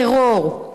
טרור,